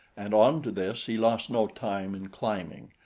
and onto this he lost no time in climbing,